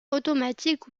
automatique